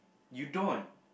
you don't